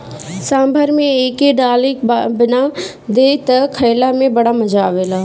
सांभर में एके डाल के बना दअ तअ खाइला में बड़ा मजा आवेला